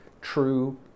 true